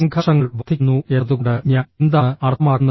സംഘർഷങ്ങൾ വർദ്ധിക്കുന്നു എന്നതുകൊണ്ട് ഞാൻ എന്താണ് അർത്ഥമാക്കുന്നത്